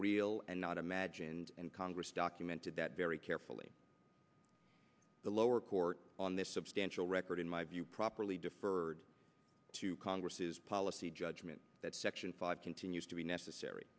real and not imagined and congress documented that very carefully the lower court on this substantial record in my view properly deferred to congress's policy judgment that section five continues to be necessary